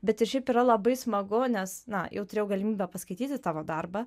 bet ir šiaip yra labai smagu nes na jau turėjau galimybę paskaityti tavo darbą